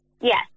Yes